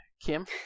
Kim